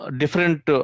different